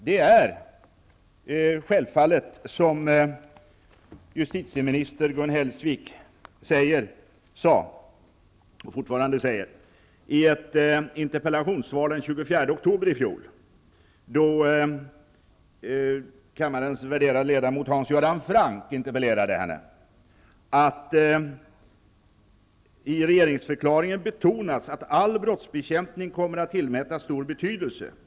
Det är självfallet så, som justitieminister Gun Hans Göran Franck interpellerat henne, att ''det i regeringsförklaringen betonas att all brottsbekämpning kommer att tillmätas stor betydelse.